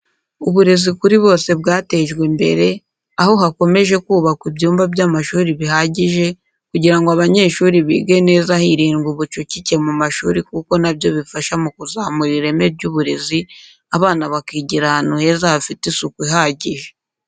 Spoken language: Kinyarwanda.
Uburezi kuri bose bwatejwe imbere, aho hakomeje kubakwa ibyumba by'amashuri bihagije kugira ngo abanyeshuri bige neza hirindwa ubucucike mu mashuri kuko na byo bifasha mu kuzamura ireme ry'uburezi abana bakigira ahantu heza hafite isuku ihagije.